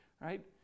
right